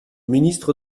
ministre